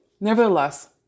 nevertheless